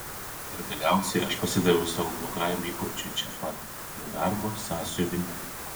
ir galiausiai aš pasidaviau savo blogajam įpročiui čia pat prie darbo sąsiuvinio